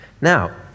Now